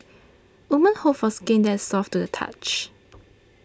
women hope for skin that is soft to the touch